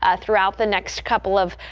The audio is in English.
ah throughout the next couple of.